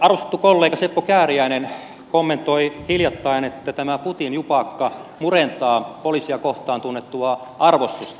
arvostettu kollega seppo kääriäinen kommentoi hiljattain että tämä putin jupakka murentaa poliisia kohtaan tunnettua arvostusta